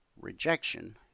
rejection